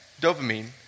dopamine